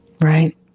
right